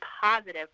positive